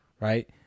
Right